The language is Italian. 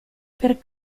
per